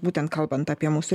būtent kalbant apie mūsų